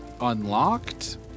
Unlocked